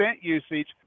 usage